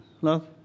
love